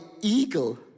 eagle